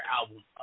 album